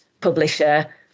publisher